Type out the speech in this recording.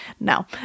no